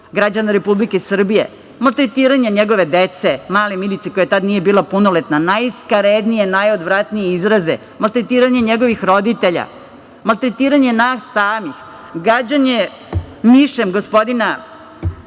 građana Republike Srbije, maltretiranje njegove dece, male Milice koja tada nije bila punoletna, najskaradnije, najodvratnije izraze, maltretiranje njegovih roditelja, maltretiranje nas samih, gađanje mišem gospodina